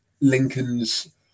Lincoln's